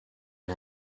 and